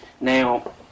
Now